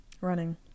Running